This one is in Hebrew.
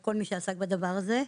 ולכל מי שעסק בדבר הזה.